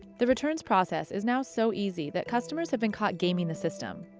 the returns process is now so easy that customers have been caught gaming the system.